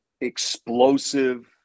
explosive